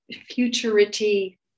futurity